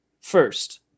first